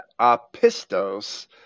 apistos